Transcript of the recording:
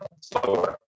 slower